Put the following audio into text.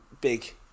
big